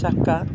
ചക്ക